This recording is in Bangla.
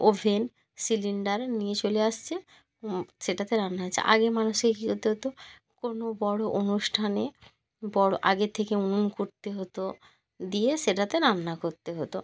ওভেন সিলিন্ডার নিয়ে চলে আসছে সেটাতে রান্না হচ্ছে আগে মানুষকে কী হতে হতো কোনো বড় অনুষ্ঠানে বড় আগের থেকে উনুন করতে হতো দিয়ে সেটাতে রান্না করতে হতো